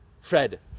Fred